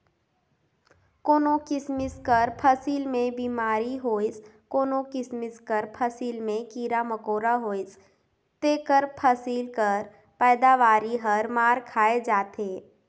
कोनो किसिम कर फसिल में बेमारी होइस कोनो किसिम कर फसिल में कीरा मकोरा होइस तेकर फसिल कर पएदावारी हर मार खाए जाथे